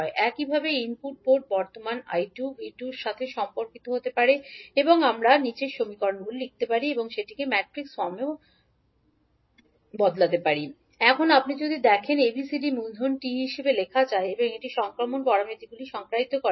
𝐕1 𝐀𝐕2 − 𝐁𝐈2 একইভাবে input port বর্তমান 𝐈1 𝐕2 এর সাথে সম্পর্কিত হতে পারে এবং আমরা লিখতে পারি 𝐈1 𝐂𝐕2 − 𝐃𝐈2 এখন ম্যাট্রিক্স ফর্মে আমরা লিখতে পারি এখন আপনি যদি দেখেন যে ABCD মূলধন T হিসাবে লেখা যায় এবং এটি সংক্রমণ প্যারামিটারগুলি সংজ্ঞায়িত করে